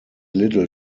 little